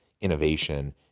innovation